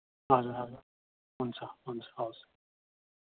हजुर हजुर हुन्छ हुन्छ हवस्